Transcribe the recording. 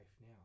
now